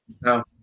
No